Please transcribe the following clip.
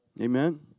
Amen